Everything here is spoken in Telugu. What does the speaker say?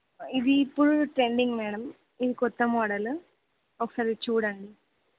ఇది ఇప్పుడు ట్రెండింగ్ మేడమ్ ఇది కొత్త మోడల్ ఒకసారి చూడండి